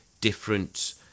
different